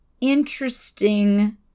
interesting